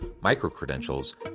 micro-credentials